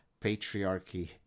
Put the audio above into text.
patriarchy